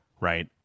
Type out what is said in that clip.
right